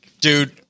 Dude